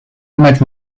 much